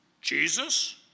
Jesus